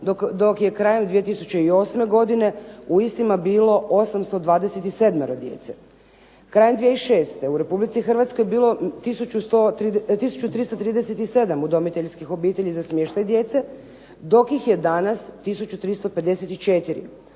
dok je krajem 2008. godine u istima bilo 827 djece. Krajem 2006. u Republici Hrvatskoj je bilo tisuću 337 udomiteljskih obitelji za smještaj djece dok ih je danas